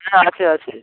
হ্যাঁ আছে আছে